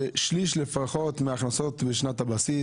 שלפחות שליש מהכנסות שנת הבסיס,